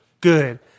good